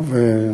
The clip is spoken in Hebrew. טוב.